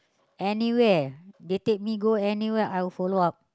anywhere they take me go anywhere I will follow out